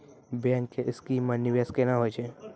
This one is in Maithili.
बैंक के स्कीम मे निवेश केना होय छै?